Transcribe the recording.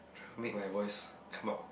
make my voice come out